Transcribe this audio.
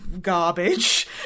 garbage